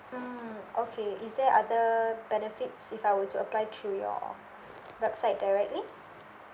mm okay is there other benefit if I were to apply through your website directly